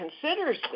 considers